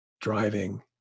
driving